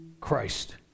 Christ